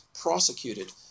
prosecuted